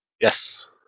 Yes